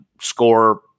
score